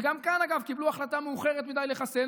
וגם כאן, אגב, קיבלו החלטה מאוחרת מדי לחסן.